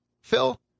Phil